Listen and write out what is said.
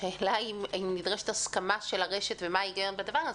השאלה אם נדרשת הסכמה של הרשת ומה ההיגיון בדבר הזה.